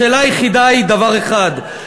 השאלה היחידה היא דבר אחד,